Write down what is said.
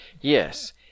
Yes